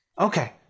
okay